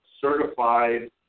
certified